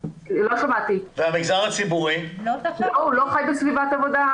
הוא לא חי בסביבת עבודה.